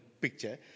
picture